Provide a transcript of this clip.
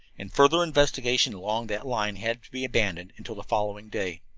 and further investigation along that line had to be abandoned until the following day.